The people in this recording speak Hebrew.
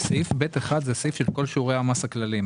סעיף (ב1) הוא סעיף של כל שיעורי המס הכלליים.